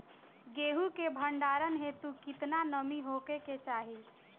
गेहूं के भंडारन हेतू कितना नमी होखे के चाहि?